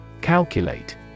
Calculate